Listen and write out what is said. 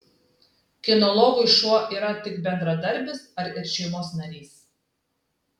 kinologui šuo yra tik bendradarbis ar ir šeimos narys